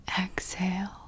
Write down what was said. exhale